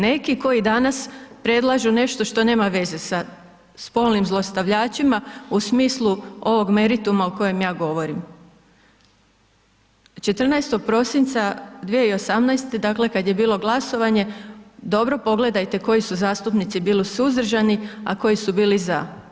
Neki koji danas, predlažu nešto što nema veze sa spolnim zlostavljačima u smislu ovog merituma o kojem ja govorim 14. prosinca 2018. dakle, kada je bilo glasovanje, dobro pogledajte koji su zastupnici bili suzdržani, a koji su bili za.